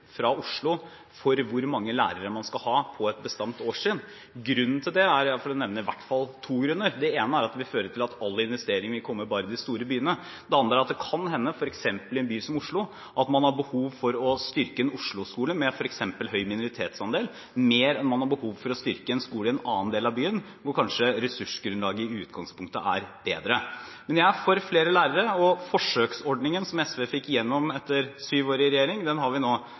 fra Oslo for hvor mange lærere man skal ha på et bestemt årstrinn. Jeg kan nevne i hvert fall to grunner til det. Det ene er at det vil føre til at all investering vil komme bare i de store byene. Det andre er at det kan hende at man f.eks. har behov for å styrke en Oslo-skole med høy minoritetsandel, mer enn man har behov for å styrke en skole i en annen del av byen, hvor kanskje ressursgrunnlaget i utgangspunktet er bedre. Men jeg er for flere lærere, og forsøksordningen som SV fikk gjennom etter syv år i regjering, har vi nå